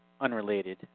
unrelated